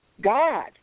God